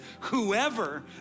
whoever